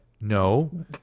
No